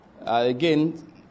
Again